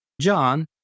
John